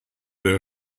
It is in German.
der